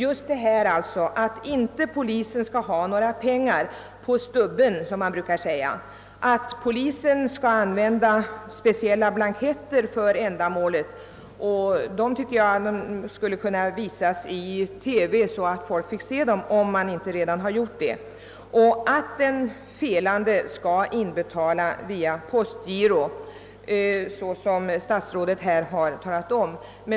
Polisen skall alltså inte ha några pengar »på stubben», som man brukar säga. Polisen skall använda speciella blanketter för ändamålet, och jag tycker att dessa skulle kunna visas i TV, så att folk fick se dem. Den felande skall vidare inbetala bötesbeloppen via postgirot, alltsammans så som statsrådet här talat om.